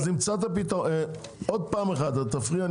עוד פעם את תפריעי,